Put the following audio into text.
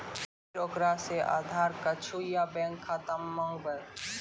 फिर ओकरा से आधार कद्दू या बैंक खाता माँगबै?